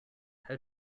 how